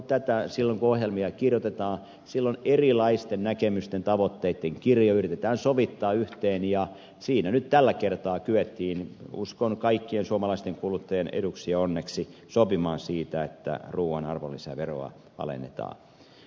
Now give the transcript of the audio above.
silloin kun ohjelmia kirjoitetaan silloin erilaisten näkemysten ja tavoitteitten kirjo yritetään sovittaa yhteen ja siinä nyt tällä kertaa kyettiin uskon kaikkien suomalaisten kuluttajien eduksi ja onneksi sopimaan siitä että ruuan arvonlisäveroa alennetaan